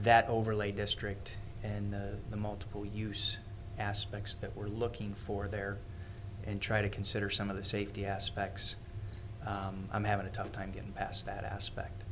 that overlay district and the multiple use aspects that we're looking for there and try to consider some of the safety aspects i'm having a tough time getting past that aspect